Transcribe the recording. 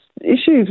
issues